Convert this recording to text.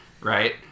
right